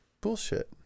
Bullshit